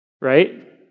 right